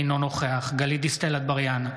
אינו נוכח גלית דיסטל אטבריאן,